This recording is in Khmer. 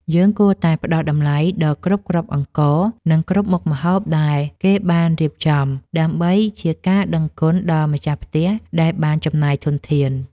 យើងគួរតែផ្តល់តម្លៃដល់គ្រប់គ្រាប់អង្ករ និងគ្រប់មុខម្ហូបដែលគេបានរៀបចំ ដើម្បីជាការដឹងគុណដល់ម្ចាស់ផ្ទះដែលបានចំណាយធនធាន។